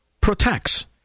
protects